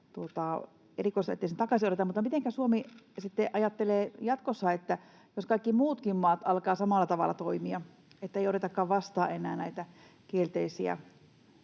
Suomi sitten ajattelee jatkossa? Jos kaikki muutkin maat alkavat samalla tavalla toimia, ettei otetakaan vastaan enää näitä, jotka